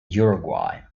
uruguay